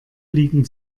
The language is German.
liegen